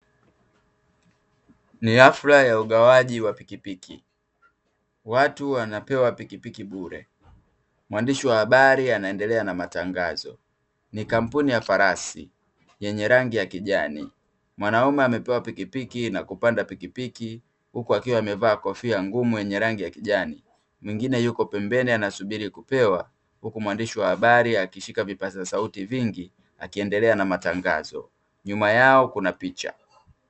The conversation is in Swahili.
Ni hafla ya ugawaji wa pikipiki, watu wanapewa pikipiki bure, mwandishi wa habari anaendelea na matangazo, ni kampuni ya farasi yenye rangi ya kijani, mwanaume amepewa pikipiki na kupanda pikipiki huku akiwa amevaa kofia ngumu yenye rangi ya kijani mwingine yuko pembeni anasubiri kupewa huku mwandishi wa habari akishika vipaza sauti vingi akiendelea na matangazo, nyuma yao kuna picha .